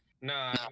Nah